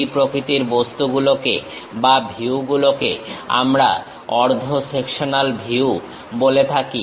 এই প্রকৃতির বস্তুগুলোকে বা ভিউগুলোকে আমরা অর্ধ সেকশনাল ভিউ বলে থাকি